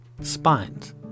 spines